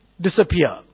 disappear